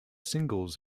singles